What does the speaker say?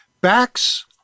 Backs